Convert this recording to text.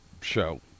show